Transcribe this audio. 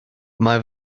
mae